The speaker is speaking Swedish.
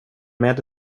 med